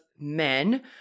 men